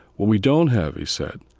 what we don't have, he said,